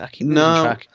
No